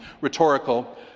rhetorical